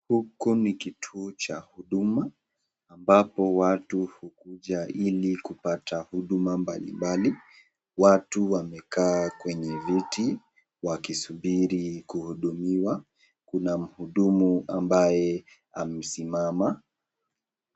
Hukua ni kituo cha huduma ambapo watu hukuja ilikupata huduma mbalimbali .Watu wamekaa kwenye viti wakisubiri kuhudumiwa. Kuna mhudumu ambaye amesimama.